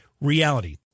Reality